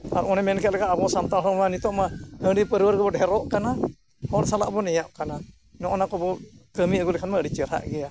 ᱟᱨ ᱚᱱᱮ ᱢᱮᱱᱠᱮᱫ ᱞᱮᱠᱟ ᱟᱵᱚ ᱥᱟᱱᱛᱟᱲ ᱦᱚᱲ ᱢᱟ ᱱᱤᱛᱳᱜᱼᱢᱟ ᱦᱟᱟᱺᱰᱤ ᱯᱟᱹᱣᱨᱟᱹ ᱨᱮᱜᱮᱵᱚᱱ ᱰᱷᱮᱨᱚᱜ ᱠᱟᱱᱟ ᱦᱚᱲ ᱥᱟᱞᱟᱜ ᱵᱚᱱ ᱱᱮᱭᱟᱜ ᱠᱟᱱᱟ ᱱᱚᱜᱼᱚᱱᱟ ᱠᱚᱵᱚᱱ ᱠᱟᱹᱢᱤ ᱟᱹᱜᱩ ᱞᱮᱠᱷᱟᱱᱼᱢᱟ ᱟᱹᱰᱤ ᱪᱮᱨᱦᱟᱜ ᱜᱮᱭᱟ